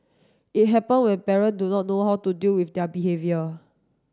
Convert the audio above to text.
it happen when parent do not know how to deal with their behaviour